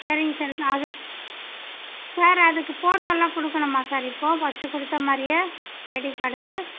சரிங் சார் அதுக்கு சார் அதுக்கு ஃபோட்டோயெலாம் கொடுக்கணுமா சார் இப்போது ஃபர்ஸ்ட்டு கொடுத்த மாதிரியே ஐடி கார்டுக்கு